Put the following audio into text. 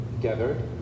gathered